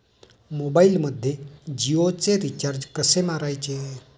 मोबाइलमध्ये जियोचे रिचार्ज कसे मारायचे?